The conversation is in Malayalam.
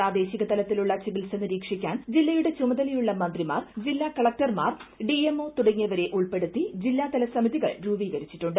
പ്രാദേശിക തലത്തിലുള്ള ചികിത്സ നിരീക്ഷിക്കാൻ ജില്ലയുടെ ചുമതലയുള്ള മന്ത്രിമാർ ജില്ലാ കളക്ടർമാർ ഡിഎംഒ തുടങ്ങിയവരെ ഉൾപ്പെടുത്തി ജില്ലാതല സമിതികൾ രൂപീകരിച്ചിട്ടുണ്ട്